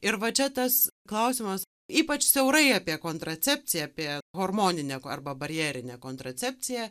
ir va čia tas klausimas ypač siaurai apie kontracepciją apie hormoninę arba barjerinę kontracepciją